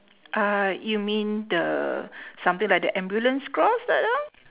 uhh you mean the something like the ambulance cross that